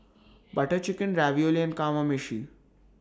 Butter Chicken Ravioli and Kamameshi